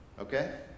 Okay